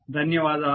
ధన్యవాదాలు